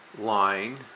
line